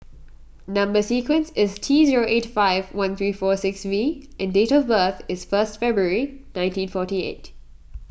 Number Sequence is T zero eight five one three four six V and date of birth is first February nineteen forty eight